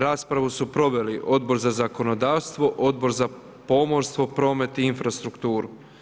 Raspravu su proveli Odbor za zakonodavstvo, Odbor za pomorstvo, promet i infrastrukturu.